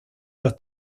los